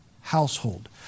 household